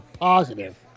positive